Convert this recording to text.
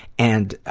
and, ah,